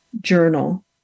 journal